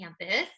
campus